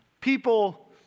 People